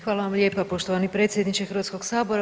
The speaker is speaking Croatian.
Hvala vam lijepa poštovani predsjedniče Hrvatskog sabora.